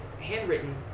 handwritten